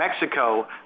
mexico